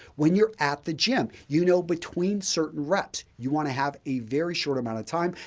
when you're at the gym, you know between certain reps, you want to have a very short amount of time.